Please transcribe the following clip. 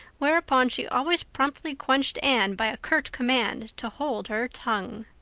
whereupon she always promptly quenched anne by a curt command to hold her tongue.